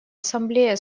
ассамблея